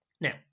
Now